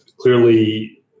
clearly